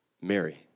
Mary